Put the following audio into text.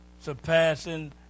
surpassing